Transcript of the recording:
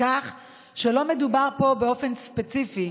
כך שלא מדובר פה באופן ספציפי.